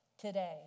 today